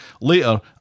Later